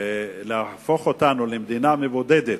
להפוך אותנו למדינה מבודדת,